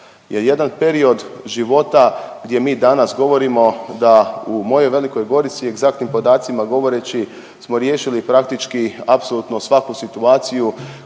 je jedan period života gdje mi danas govorimo da u mojoj Velikoj Gorici egzaktnim podacima govoreći smo riješili praktički apsolutno svaku situaciju